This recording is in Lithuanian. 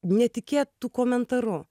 netikėtu komentaru